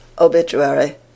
Obituary